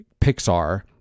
Pixar